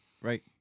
Right